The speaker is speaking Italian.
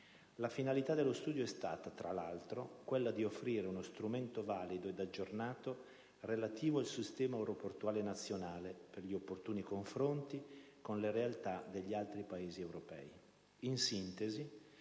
La finalità dello studio è stata, tra l'altro, quella di offrire uno strumento valido ed aggiornato relativo al sistema aeroportuale nazionale per gli opportuni confronti con le realtà degli altri Paesi europei.